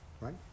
right